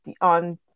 on